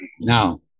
Now